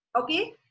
Okay